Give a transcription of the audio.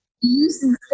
use